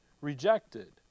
rejected